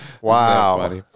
Wow